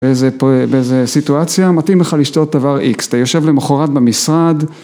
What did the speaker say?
באיזה סיטואציה מתאים לך לשתות דבר איקס, אתה יושב למחרת במשרד